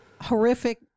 horrific